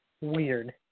weird